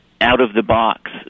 out-of-the-box